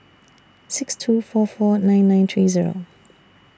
six two four four nine nine three Zero